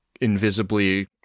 invisibly